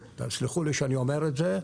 סלחו לי שאני אומר את זה,